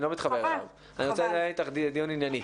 אני לא מתחבר אליו אני רוצה לנהל איתך דיון ענייני.